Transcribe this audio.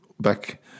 back